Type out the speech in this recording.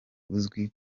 uzwi